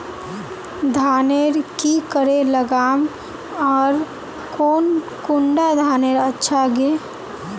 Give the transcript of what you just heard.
धानेर की करे लगाम ओर कौन कुंडा धानेर अच्छा गे?